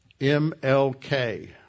M-L-K